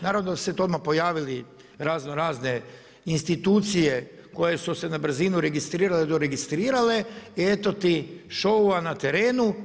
Naravno da su se tu odmah pojavili, razno razne institucije, koje su se na brzinu registrirale, doregistrirale i eto ti šou na terenu.